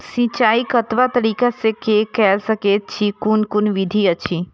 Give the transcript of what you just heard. सिंचाई कतवा तरीका स के कैल सकैत छी कून कून विधि अछि?